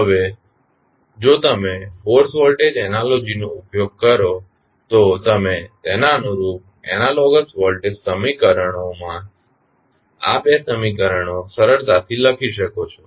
હવે જો તમે ફોર્સ વોલ્ટેજ એનાલોજી નો ઉપયોગ કરો તો તમે તેના અનુરુપ એનાલોગસ વોલ્ટેજ સમીકરણોમાં આ બે સમીકરણો સરળતાથી લખી શકો છો